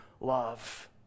love